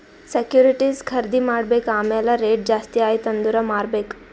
securities ಖರ್ದಿ ಮಾಡ್ಬೇಕ್ ಆಮ್ಯಾಲ್ ರೇಟ್ ಜಾಸ್ತಿ ಆಯ್ತ ಅಂದುರ್ ಮಾರ್ಬೆಕ್